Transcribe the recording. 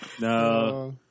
No